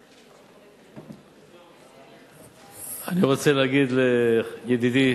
אני רוצה להגיד לידידי,